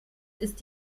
ist